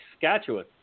Saskatchewan